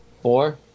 Four